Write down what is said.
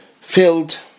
filled